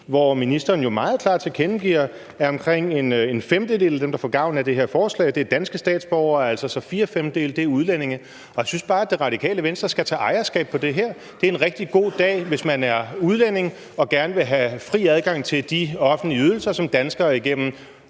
hvor ministeren jo meget klart tilkendegiver, at omkring en femtedel af dem, der får gavn af det her forslag, er danske statsborgere, så fire femtedel er altså udlændinge. Jeg synes bare, at Det Radikale Venstre skal tage ejerskab til det her. Det er en rigtig god dag, hvis man er udlænding og gerne vil have fri adgang til de offentlige ydelser, som danskere igennem,